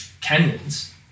canyons